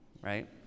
right